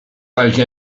like